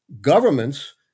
governments